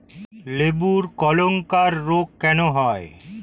লেবুর ক্যাংকার রোগ কেন হয়?